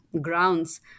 grounds